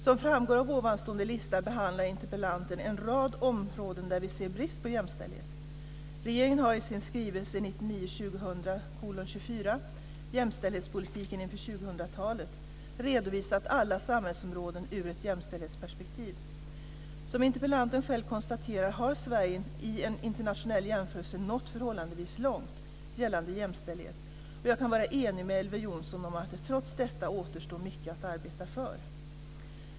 Som framgår av denna lista behandlar interpellanten en rad områden där vi ser en brist på jämställdhet. Regeringen har i sin skrivelse 1999/2000:24 Jämställdhetspolitiken inför 2000-talet redovisat alla samhällsområden ur ett jämställdhetsperspektiv. Som interpellanten själv konstaterar har Sverige i en internationell jämförelse nått förhållandevis långt gällande jämställdhet men jag kan vara enig med Elver Jonsson om att det trots detta återstår mycket att arbeta för.